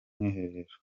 mwiherero